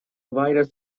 virus